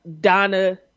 Donna